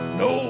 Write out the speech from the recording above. no